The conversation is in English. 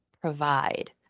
provide